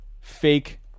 fake